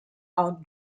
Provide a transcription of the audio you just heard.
out